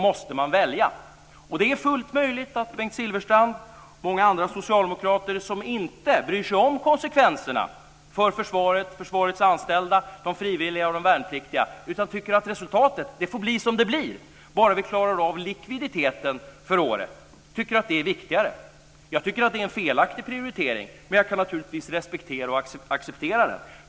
Det är fullt möjligt att Bengt Silfverstrand och många andra socialdemokrater inte bryr sig om konsekvenserna för försvaret, försvarets anställda, de frivilliga och de värnpliktiga utan tycker att resultatet får bli som det blir bara man klarar av likviditeten för året, att de tycker att det är viktigare. Jag tycker att det är en felaktig prioritering, men jag kan naturligtvis respektera och acceptera den.